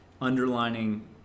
underlining